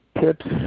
tips